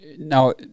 Now